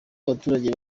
abaturage